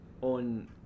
on